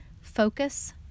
focus